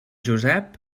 josep